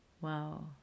Wow